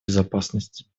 безопасности